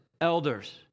elders